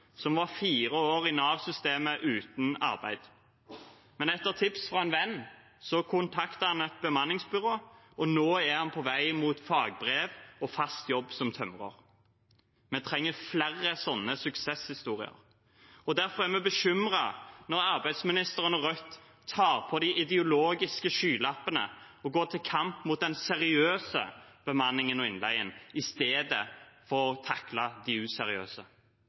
som var fire år i Nav-systemet uten arbeid. Etter tips fra en venn kontaktet han et bemanningsbyrå, og nå er han på vei mot fagbrev og fast jobb som tømrer. Vi trenger flere sånne suksesshistorier. Derfor er vi bekymret når arbeidsministeren og Rødt tar på seg de ideologiske skylappene og går til kamp mot den seriøse bemanningen og innleien i stedet for å takle de useriøse.